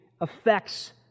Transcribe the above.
affects